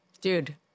Dude